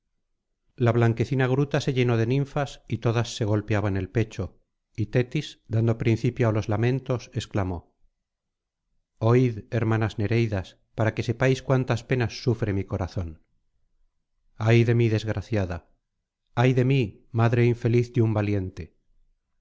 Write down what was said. la blanquecina gruta se llenó de ninfas y todas se golpeaban el pecho y tetis dando principio á los lamentos exclamó oí hermanas nereidas para que sepáis cuántas penas sufre mi corazón ay de mí desgraciada ay de mí madre infeliz de un valiente